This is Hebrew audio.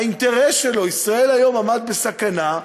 האינטרס שלו, "ישראל היום" עמד בסכנה,